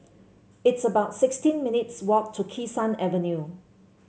it's about sixteen minutes' walk to Kee Sun Avenue